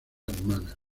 hermana